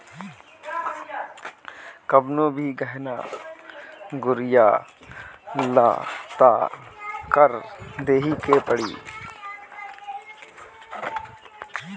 कवनो भी गहना गुरिया लअ तअ कर देवही के पड़ी